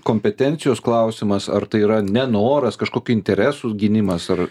kompetencijos klausimas ar tai yra nenoras kažkokių interesų gynimas ar